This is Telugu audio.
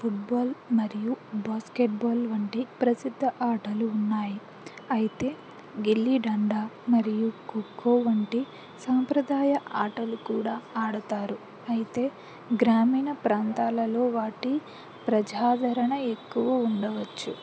ఫుట్బాల్ మరియు బాస్కెట్బాల్ వంటి ప్రసిద్ధ ఆటలు ఉన్నాయి అయితే గిల్లీదండ మరియు ఖోఖో వంటి సాంప్రదాయ ఆటలు కూడా ఆడతారు అయితే గ్రామీణ ప్రాంతాలలో వాటి ప్రజాదరణ ఎక్కువ ఉండవచ్చు